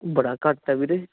ਬੜਾ ਘੱਟ ਹੈ ਵੀਰੇ